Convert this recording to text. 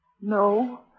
No